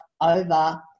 over